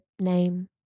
name